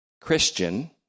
Christian